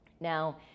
now